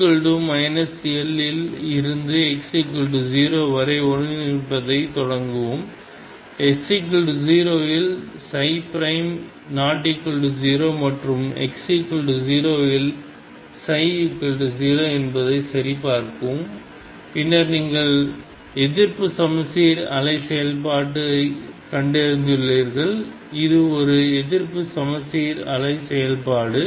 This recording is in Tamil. x L இல் இருந்து x0 வரை ஒருங்கிணைப்பதைத் தொடங்கவும் x 0 இல் ≠0 மற்றும் x0 இல் ψ 0 என்பதை சரிபார்க்கவும் பின்னர் நீங்கள் எதிர்ப்பு சமச்சீர் அலை செயல்பாட்டைக் கண்டறிந்துள்ளீர்கள் இது ஒரு எதிர்ப்பு சமச்சீர் அலை செயல்பாடு